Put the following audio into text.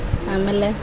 ಆಮೇಲೆ